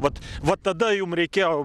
vat va tada jums reikėjo